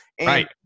Right